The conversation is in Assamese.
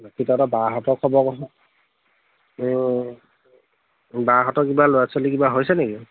বাকী তহঁতৰ বাহঁতৰ খবৰ কছোন বাহঁতৰ কিবা ল'ৰা ছোৱালী কিবা হৈছে নেকি